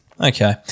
okay